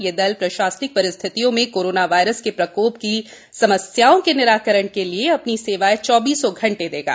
यह दल प्रशासनिक परिस्थितियों में कोरोना वायरस के प्रकोप की समस्याओं के निराकरण के लिए अपनी सेवायें चौबीस घंटे देंगे